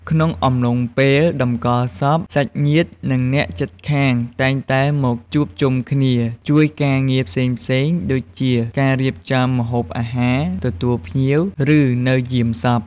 ក្នុងអំឡុងពេលតម្កល់សព សាច់ញាតិ និងអ្នកជិតខាងតែងតែមកជួបជុំគ្នា ជួយការងារ ផ្សេងៗ ដូចជាការរៀបចំម្ហូបអាហារ ទទួលភ្ញៀវ ឬនៅយាមសព។